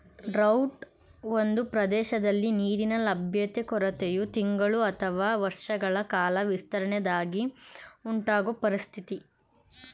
drought ಒಂದು ಪ್ರದೇಶದಲ್ಲಿ ನೀರಿನ ಲಭ್ಯತೆ ಕೊರತೆಯು ತಿಂಗಳು ಅಥವಾ ವರ್ಷಗಳ ಕಾಲ ವಿಸ್ತರಿಸಿದಾಗ ಉಂಟಾಗೊ ಪರಿಸ್ಥಿತಿ